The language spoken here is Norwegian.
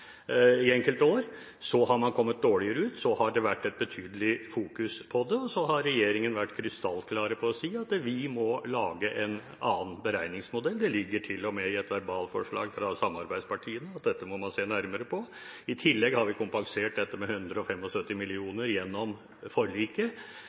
i enkelte år. Har man kommet dårligere ut, har det vært betydelig fokusering på det. Regjeringen har vært krystallklare på å si at vi må lage en annen beregningsmodell. Det foreligger til og med et verbalforslag fra samarbeidspartiene om at dette må man se nærmere på. I tillegg har vi gjennom forliket kompensert dette med